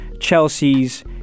Chelsea's